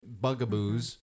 bugaboos